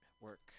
work